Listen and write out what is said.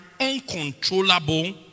uncontrollable